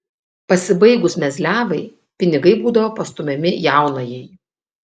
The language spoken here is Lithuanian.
pasibaigus mezliavai pinigai būdavo pastumiami jaunajai